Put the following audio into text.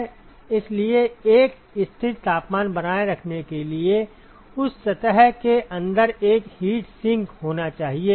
इसलिए एक स्थिर तापमान बनाए रखने के लिए उस सतह के अंदर एक हीट सिंक होना चाहिए